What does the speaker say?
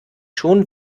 schon